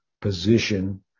position